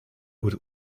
wordt